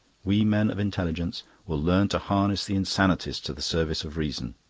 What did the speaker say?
we men of intelligence will learn to harness the insanities to the service of reason.